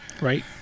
Right